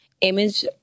image